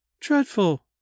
Dreadful